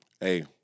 Hey